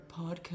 podcast